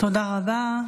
תודה רבה.